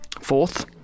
Fourth